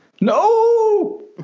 No